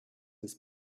his